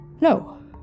No